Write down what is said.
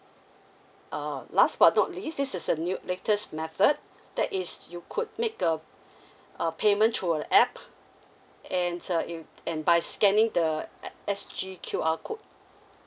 uh last but not least this is a new latest method that is you could make a a payment through an app and uh you and by scanning the S_G Q_R code